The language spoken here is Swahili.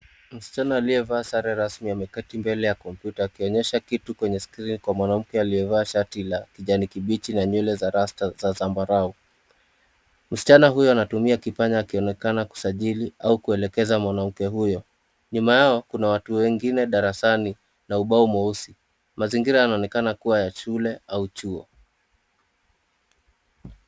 Msichana aliyevaa sare rasmi ameketi mbele ya kompyuta akionyesha kitu kwenye skrini kwa mwanamke aliyevaa shati la kijani kibichi na nywele za rasta za zambarau. Msichana huyu anatumia kipanya akionekana kusajili au kuelekeza mwanamke huyo. Nyuma yao, kuna watu wengine darasani na ubao mweusi. Mazingira yanaonekana kuwa ya shule au chuo.